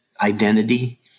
identity